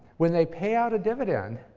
when they pay out a dividend,